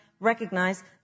recognize